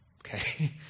Okay